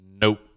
Nope